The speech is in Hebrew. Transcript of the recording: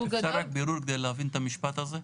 גדול --- אפשר רק בירור כדי להבין את המשפט הזה?